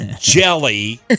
jelly